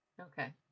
Okay